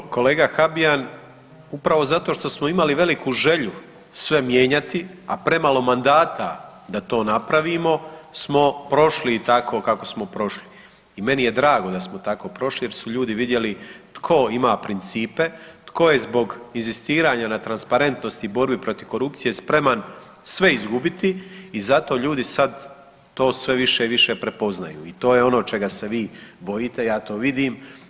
Dakle, kolega Habijan upravo zato što smo imali veliku želju sve mijenjati, a premalo mandata da to napravimo smo prošli tako kako smo prošli i meni je drago da smo tako prošli jer su ljudi vidjeli tko ima principe, tko je zbog inzistiranja na transparentnosti i borbi protiv korupcije spreman sve izgubiti i zato ljudi sad to sve više i više prepoznaju i to je ono čega se vi bojite, ja to vidim.